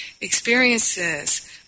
experiences